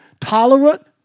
tolerant